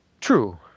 true